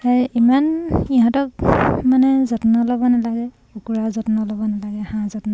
ইমান ইহঁতক মানে যত্ন ল'ব নালাগে কুকুৰা যত্ন ল'ব নালাগে হাঁহ যত্ন ল'ব নালাগে